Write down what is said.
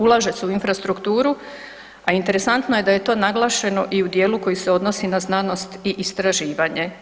Ulaže se u infrastrukturu a interesantno je da je to naglašeno i u djelu koji se odnosi na znanosti i istraživanje.